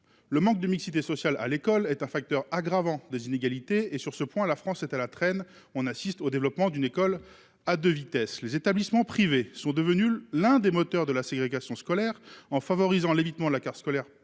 le manque de mixité sociale à l'école est un facteur aggravant des inégalités et sur ce point, la France est à la traîne, on assiste au développement d'une école à 2 vitesses, les établissements privés sont devenus l'un des moteurs de la ségrégation scolaire, en favorisant l'évitement de la carte scolaire